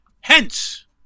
Hence